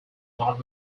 not